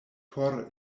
por